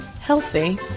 healthy